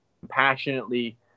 compassionately